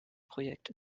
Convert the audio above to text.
projekt